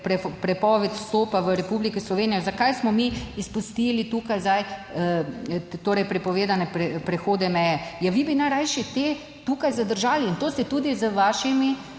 prepoved vstopa v Republiko Slovenijo. Zakaj smo mi izpustili tukaj zdaj torej prepovedane prehode meje? Ja, vi bi najrajši te tukaj zadržali in to ste tudi z vašimi